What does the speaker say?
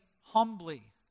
humbly